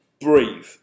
breathe